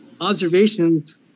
observations